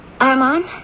Armand